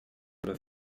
oder